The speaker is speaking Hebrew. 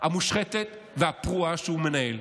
המושחתת והפרועה שהוא מנהל.